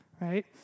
Right